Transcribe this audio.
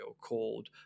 called